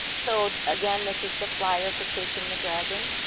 so, again, this is the flyer for chasing the dragon.